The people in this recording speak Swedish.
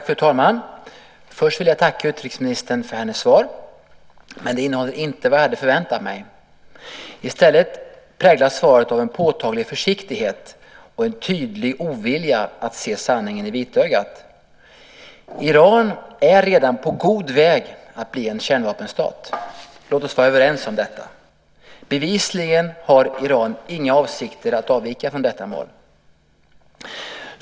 Fru talman! Först vill jag tacka utrikesministern för hennes svar. Men det innehåller inte vad jag hade förväntat mig. I stället präglas svaret av en påtaglig försiktighet och en tydlig ovilja att se sanningen i vitögat. Iran är redan är på god väg att bli en kärnvapenstat. Låt oss vara överens om detta. Bevisligen har Iran inga avsikter att avvika från detta mål.